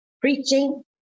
preaching